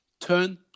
turn